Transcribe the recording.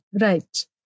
Right